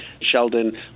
Sheldon